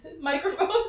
Microphone